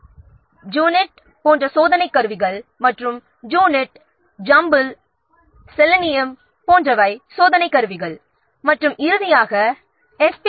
JUnit போன்ற சோதனைக் கருவிகள் மற்றும் ஜேயூனிட் ஜம்பிள் செலினியம் போன்றவை சோதனைக் கருவிகள் மற்றும் இறுதியாக எஸ்